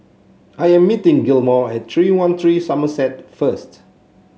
I am meeting Gilmore at Three one three Somerset first